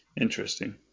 Interesting